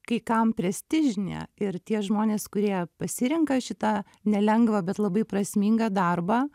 kai kam prestižinė ir tie žmonės kurie pasirenka šitą nelengvą bet labai prasmingą darbą